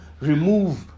Remove